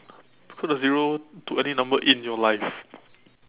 put a zero to any number in your life